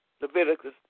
Leviticus